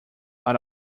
out